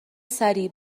سریع